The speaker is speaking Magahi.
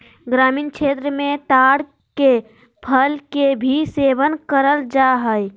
ग्रामीण क्षेत्र मे ताड़ के फल के भी सेवन करल जा हय